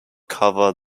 cover